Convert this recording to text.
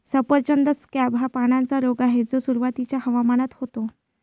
सफरचंद स्कॅब हा पानांचा रोग आहे जो सुरुवातीच्या हवामानात होतो